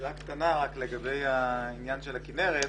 שאלה קטנה לגבי הכינרת.